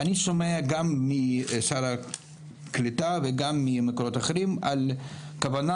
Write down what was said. אני שומע גם משר הקליטה וגם ממקורות אחרים על כוונה